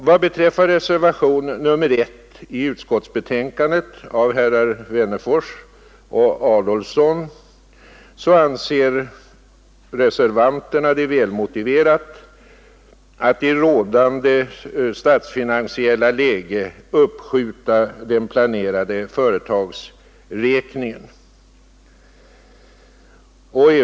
I reservation nr 1 anser herrar Wennerfors och Adolfsson det väl motiverat att i rådande statsfinansiella läge uppskjuta den planerade företagsräkningen.